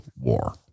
war